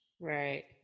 right